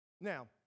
Now